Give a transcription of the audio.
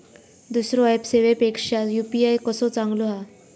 दुसरो ऍप सेवेपेक्षा यू.पी.आय कसो चांगलो हा?